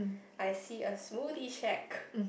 I see a smoothie shack